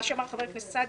מה שאמר חבר הכנסת סעדי,